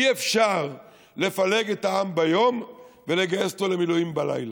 אי-אפשר לפלג את העם ביום ולגייס אותו למילואים בלילה.